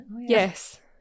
yes